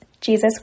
Jesus